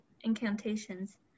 incantations